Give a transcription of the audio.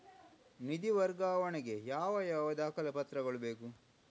ನಿಧಿ ವರ್ಗಾವಣೆ ಗೆ ಯಾವ ಯಾವ ದಾಖಲೆ ಪತ್ರಗಳು ಬೇಕು?